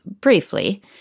briefly